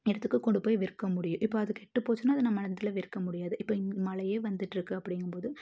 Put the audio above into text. இடத்துக்கு கொண்டு போய் விற்க முடியும் இப்போ அது கெட்டு போயிசின்னா அதை நம்ம இதில் விற்க முடியாது இப்போ இங்கே மழயே வந்துட்டுருக்கு அப்டிங்கும்போது